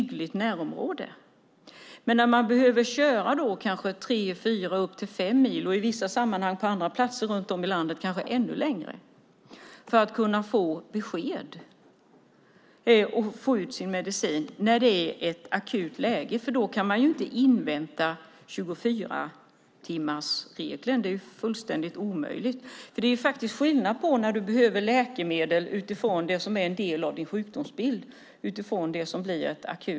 På vissa platser i landet kan man behöva köra tre, fyra, fem mil och på andra platser kanske ännu längre för att få besked och få sin medicin i ett akut läge. Då kan man ju inte invänta 24-timmarsregeln. Det är fullständigt omöjligt. Det är skillnad om man i ett akut läge behöver läkemedel som hör till sjukdomsbilden.